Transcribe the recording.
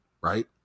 right